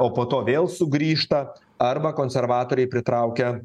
o po to vėl sugrįžta arba konservatoriai pritraukia